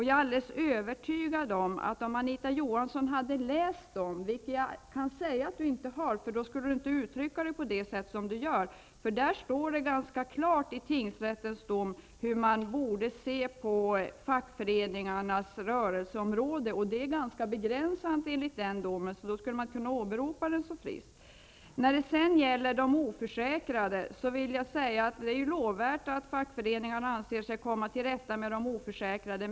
Jag är alldeles övertygad om att om Anita Johansson hade läst dem -- vilket jag kan säga att hon inte har -- skulle hon inte uttrycka sig på det sätt som hon gör. I tingsrättens dom står det ganska klart hur man borde se på fackföreningarnas rörelseområde. Enligt den domen är det ganska begränsat, och då skulle man inte kunna åberopa den så friskt. När det gäller de oförsäkrade vill jag säga att det är lovvärt att fackföreningarna anser sig komma till rätta med de oförsäkrade.